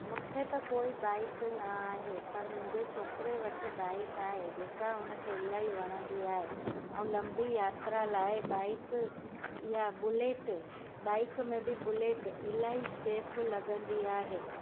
मूंखे त कोई बाईक न आहे पर मुंहिंजे छोकिरे वटि बाईक आहे जेका हुनखे इलाही वणंदी आहे ऐं लंबी यात्रा लाइ बाईक इहा बुलेट बाईक में बि बुलेट इलाही सेफ लॻंदी आहे